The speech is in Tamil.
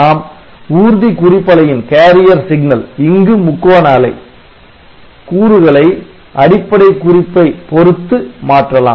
நாம் ஊர்தி குறிப்பலையின் Carrier Signal இங்கு முக்கோண அலை கூறுகளை அடிப்படை குறிப்பை பொருத்து மாற்றலாம்